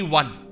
one